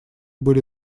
были